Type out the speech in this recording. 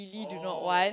li do not want